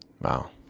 Wow